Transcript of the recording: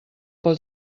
pel